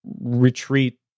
retreat